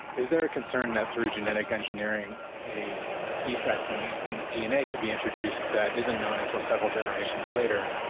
is there a concern that through genetic engineering a defect in in dna could be introduced that isn't known until several generations later,